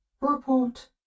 Report